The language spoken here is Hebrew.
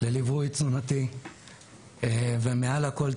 לליווי תזונתי ומעל לכול,